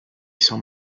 san